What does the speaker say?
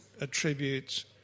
attribute